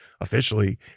officially